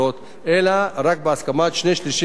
אלא רק של שני שלישים מבעלי הדירות,